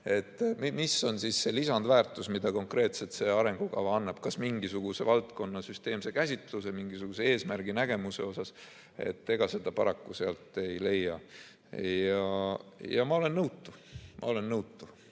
Mis on see lisandväärtus, mida konkreetselt see arengukava annab? Kas mingisuguse valdkonna süsteemne käsitlus, mingisugune eesmärk nägemuse osas? Ega seda paraku sealt ei leia. Ma olen nõutu, ma olen nõutu.